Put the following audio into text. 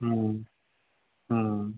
हम्म हम्म